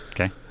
Okay